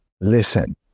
Listen